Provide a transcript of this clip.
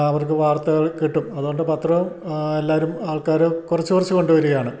അവർക്ക് വാർത്തകൾ കിട്ടും അതുകൊണ്ട് പത്രം എല്ലാവരും ആൾക്കാരും കുറച്ചു കുറച്ചു കൊണ്ടു വരികയാണ്